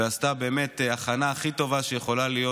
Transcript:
ועשתה הכנה הכי טובה שיכולה להיות,